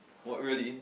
what really